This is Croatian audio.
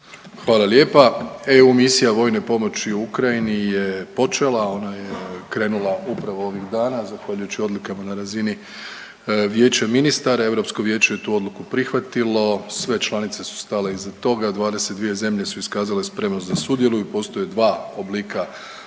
Hvala lijepa. EU misija vojne pomoći Ukrajini je počela i ona je krenula upravo ovih dana zahvaljujući odlukama na razini Vijeća ministara i Europsko vijeće je tu odluku prihvatilo. Sve članice su stale iza toga. 22 zemlje su iskazale spremnost da sudjeluju. Postoje dva oblika